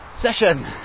session